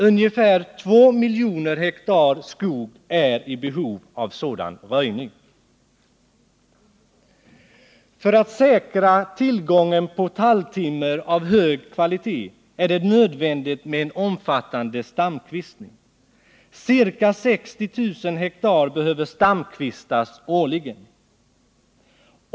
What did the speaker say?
Ungefär 2 miljoner ha skog är i behov av sådan röjning. Föratt säkra tillgången på talltimmer av hög kvalitet är det nödvändigt med en omfattande stamkvistning. Ca 60 000 ha behöver stamkvistas årligen.